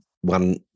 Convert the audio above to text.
one